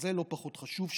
וזה לא פחות חשוב,